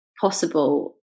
possible